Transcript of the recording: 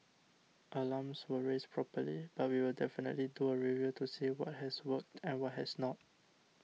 alarms were raised properly but we will definitely do a review to see what has worked and what has not